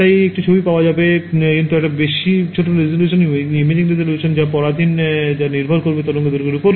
তাই একটা ছবি পাওয়া যাবে কিন্তু এটা বেশ ছোট রেসিলউশান imaging resolution হল পরাধীন যা নির্ভর করে তরঙ্গ দৈর্ঘ্য এর ওপর